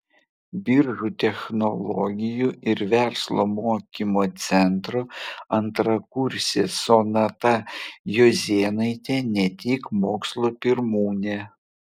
biržų technologijų ir verslo mokymo centro antrakursė sonata juozėnaitė ne tik mokslo pirmūnė